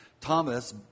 Thomas